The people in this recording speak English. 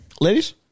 Ladies